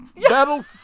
battle